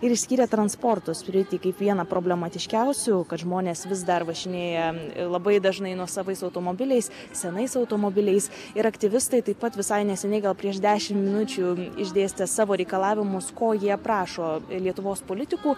ir išskyrė transporto sritį kaip vieną problematiškiausių kad žmonės vis dar važinėja labai dažnai nuosavais automobiliais senais automobiliais ir aktyvistai taip pat visai neseniai gal prieš dešim minučių išdėstė savo reikalavimus ko jie prašo lietuvos politikų